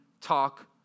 talk